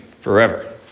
forever